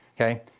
okay